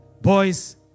boys